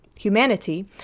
humanity